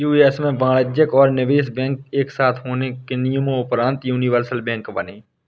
US में वाणिज्यिक और निवेश बैंक एक साथ होने के नियम़ोंपरान्त यूनिवर्सल बैंक बने